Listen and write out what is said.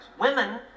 Women